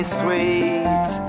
sweet